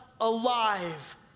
alive